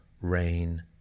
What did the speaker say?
rain